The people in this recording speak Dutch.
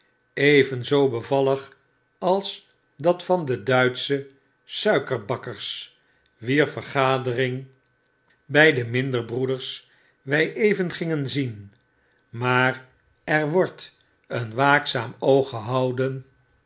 evenzoo bevallig als dat van de duitsche suikerbakkers wier vergadering by de minder broeders wy even gingen zien maar er wordt een waakzaam oog gehouden